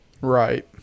Right